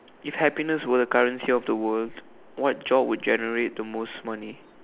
if happiness were the currency of the world what job would generate the most money